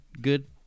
good